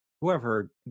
whoever